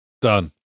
done